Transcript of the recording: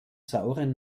sauren